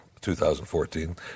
2014